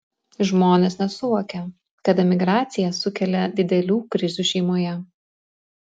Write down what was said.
žmonės nesuvokia kad emigracija sukelia didelių krizių šeimoje